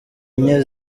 enye